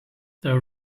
the